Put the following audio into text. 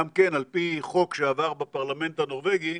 גם כן על פי חוק שעבר בפרלמנט הנורבגי,